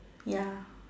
ya